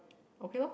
okay lor